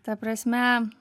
ta prasme